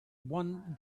won